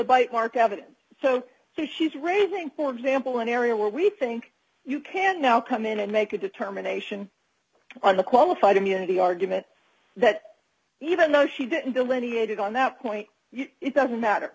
bite mark evidence so she's raising for example an area where we think you can now come in and make a determination on the qualified immunity argument that even though she didn't delineated on that point it